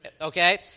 Okay